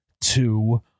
two